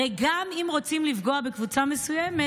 הרי אם רוצים לפגוע בקבוצה מסוימת,